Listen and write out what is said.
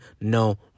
no